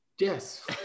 Yes